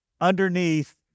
underneath